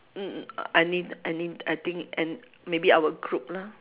mm I I I think and maybe our group lah